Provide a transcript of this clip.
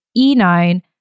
E9